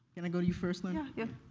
can i go to you first, lerna? yeah.